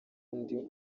undi